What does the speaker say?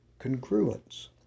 congruence